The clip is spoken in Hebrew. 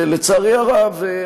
לצערי הרב,